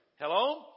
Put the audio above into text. Hello